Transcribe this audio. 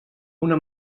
una